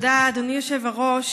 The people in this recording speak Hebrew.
תודה, אדוני היושב-ראש.